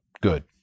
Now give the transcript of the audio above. good